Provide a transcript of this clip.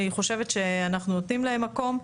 אני חושבת שאנחנו נותנים להם מקום.